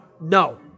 No